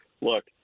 Look